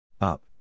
Up